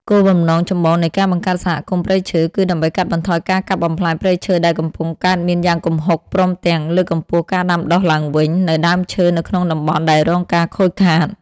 គោលបំណងចម្បងនៃការបង្កើតសហគមន៍ព្រៃឈើគឺ ដើម្បីកាត់បន្ថយការកាប់បំផ្លាញព្រៃឈើដែលកំពុងកើតមានយ៉ាងគំហុក ព្រមទាំង លើកកម្ពស់ការដាំដុះឡើងវិញ នូវដើមឈើនៅក្នុងតំបន់ដែលរងការខូចខាត។